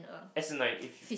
as in like if